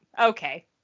Okay